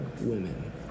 women